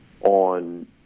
on